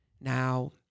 Now